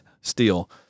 steel